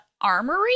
armory